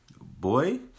Boy